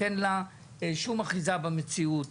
שאין לה שום אחיזה במציאות.